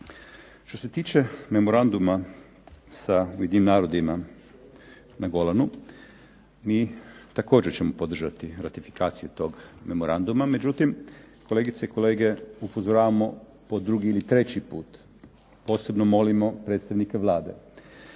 Što se tiče memoranduma sa Ujedinjenim narodima na Golanu mi također ćemo podržati ratifikaciju tog Memoranduma, međutim, kolegice i kolege upozoravamo po drugi ili treći put, posebno molimo predstavnike Vlade,